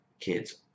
kids